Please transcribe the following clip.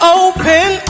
open